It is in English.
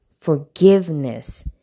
Forgiveness